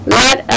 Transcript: let